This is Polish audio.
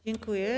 Dziękuję.